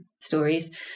stories